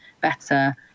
better